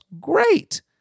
great